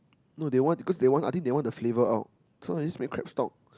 no they want cause they want I think they want the flavour out so let's just make crab stock